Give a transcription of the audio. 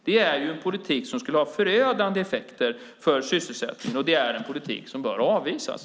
Det är en politik som skulle ha förödande effekter på sysselsättningen, och det är en politik som bör avvisas.